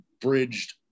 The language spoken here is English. bridged